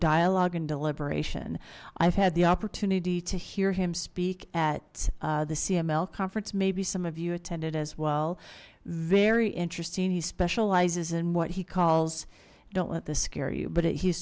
dialogue and deliberation i've had the opportunity to hear him speak at the cml conference maybe some of you attended as well very interesting he specializes in what he calls don't let this scare you but